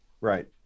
Right